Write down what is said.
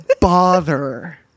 bother